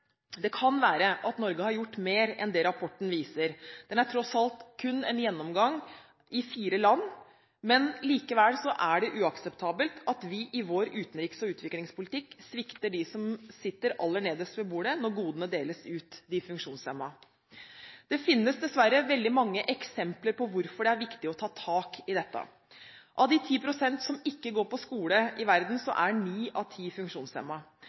Det kan også være at Norge har gjort mer enn det rapporten viser, den er tross alt en gjennomgang i kun fire land, men likevel er det uakseptabelt at vi i vår utenriks- og utviklingspolitikk svikter dem som sitter aller nederst ved bordet når godene deles ut – de funksjonshemmede. Det finnes dessverre veldig mange eksempler på hvorfor det er viktig å ta tak i dette: Av de 10 pst. i verden som ikke går på skole, er ni av ti